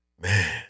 Man